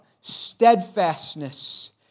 steadfastness